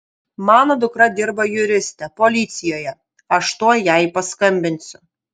mano dukra dirba juriste policijoje aš tuoj jai paskambinsiu